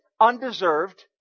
undeserved